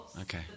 Okay